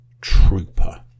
trooper